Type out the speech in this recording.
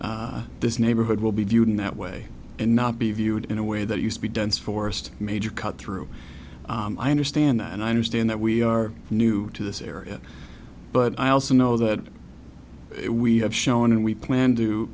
that this neighborhood will be viewed in that way and not be viewed in a way that used to be dense forest major cut through i understand that and i understand that we are new to this area but i also know that we have shown and we plan